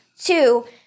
Two